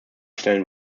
stellen